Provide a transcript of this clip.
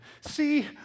See